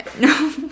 No